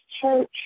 church